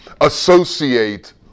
associate